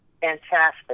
Fantastic